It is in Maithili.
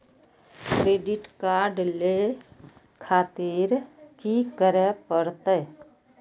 क्रेडिट कार्ड ले खातिर की करें परतें?